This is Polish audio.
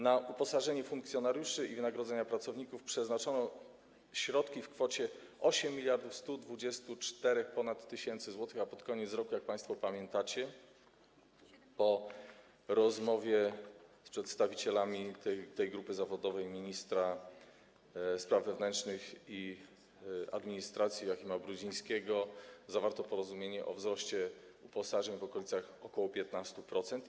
Na uposażenie funkcjonariuszy i wynagrodzenia pracowników przeznaczono środki w kwocie 8 mld ponad 124 tys. zł, a pod koniec roku, jak państwo pamiętacie, po rozmowie z przedstawicielami tej grupy zawodowej ministra spraw wewnętrznych i administracji Joachima Brudzińskiego, zawarto porozumienie o wzroście uposażeń w okolicach ok. 15%.